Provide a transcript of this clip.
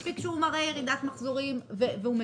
מספר שהוא מראה ירידת מחזורים והוא מקבל.